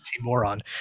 moron